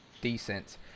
decent